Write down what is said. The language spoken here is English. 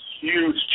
huge